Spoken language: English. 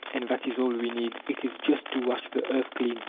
and that is all we need. it is just to wash the earth clean,